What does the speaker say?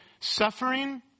suffering